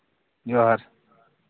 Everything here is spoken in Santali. ᱡᱚᱦᱟᱨ